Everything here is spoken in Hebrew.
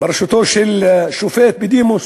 בראשותו של שופט בדימוס,